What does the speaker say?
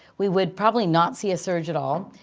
we would probably not see a surge at all.